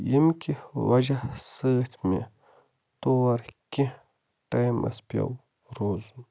ییٚمہِ کہِ وَجہ سۭتۍ مےٚ تور کیٚنٛہہ ٹایمَس پیوٚو روزُن